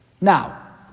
Now